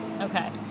Okay